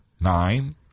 nine